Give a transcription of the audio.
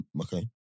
Okay